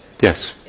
Yes